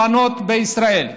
בישראל,